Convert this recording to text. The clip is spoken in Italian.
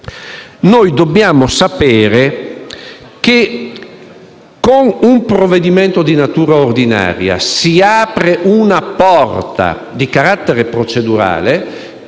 noi dobbiamo sapere che con un provvedimento di natura ordinaria si apre una porta di carattere procedurale